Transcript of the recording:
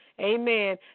Amen